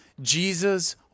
Jesus